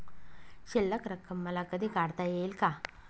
शिल्लक रक्कम मला कधी काढता येईल का?